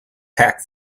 pack